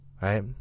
right